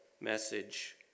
message